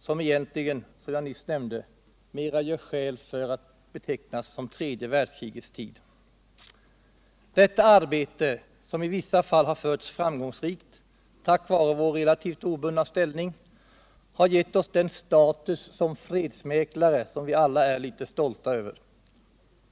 som egentligen, som jag nyss nämnde, mera gör skäl för att betecknas som tredje världskrigets tid. Detta arbete, som i vissa fall har förts framgångsrikt tack vare vår relativt obundna ställning, har gett oss den status som fredsmäklare som vi alla är litet stolta över.